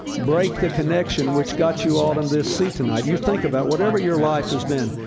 break the connection which got you all in this seat tonight. you think about whatever your life has been,